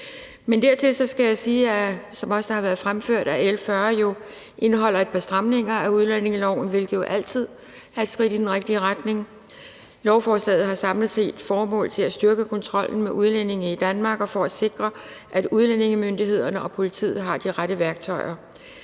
har været fremført, at L 40 jo indeholder et par stramninger af udlændingeloven, hvilket altid er et skridt i den rigtige retning. Lovforslaget har samlet set til formål at styrke kontrollen med udlændinge i Danmark og sikre, at udlændingemyndighederne og politiet har de rette værktøjer.